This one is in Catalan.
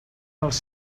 els